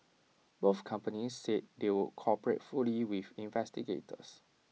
both companies said they would cooperate fully with investigators